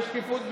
ושקיפות,